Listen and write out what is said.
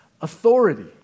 authority